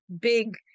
big